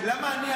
למה אני,